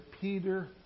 Peter